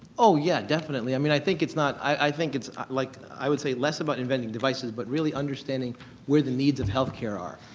oh yeah, definitely. i mean, i think it's i think it's like i would say less about inventing devices, but really understanding where the needs of healthcare are.